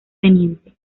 tte